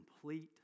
complete